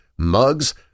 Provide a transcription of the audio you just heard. mugs